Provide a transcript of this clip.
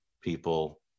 people